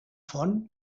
font